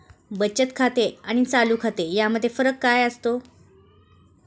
बचत खाते आणि चालू खाते यामध्ये फरक काय असतो?